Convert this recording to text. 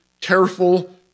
careful